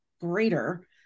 greater